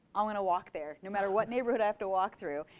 i want to walk there, no matter what neighborhood i have to walk through.